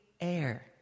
Air